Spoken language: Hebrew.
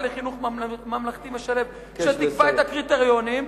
לחינוך ממלכתי משלב שתקבע את הקריטריונים,